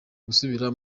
gusubira